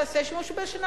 תעשה בזה שימוש,